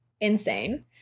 Insane